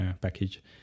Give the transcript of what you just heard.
package